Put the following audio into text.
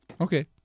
Okay